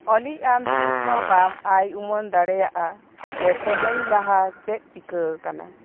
ᱚᱞᱤ ᱟᱢ ᱛᱤᱥᱦᱚᱸ ᱵᱟᱢ ᱟᱭ ᱩᱢᱟᱹᱱ ᱫᱟᱲᱮᱭᱟᱜᱼᱟ ᱡᱮ ᱛᱮᱦᱮᱧ ᱞᱟᱦᱟ ᱪᱮᱫ ᱪᱤᱠᱟᱹ ᱟᱠᱟᱱᱟ